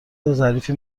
ظریفی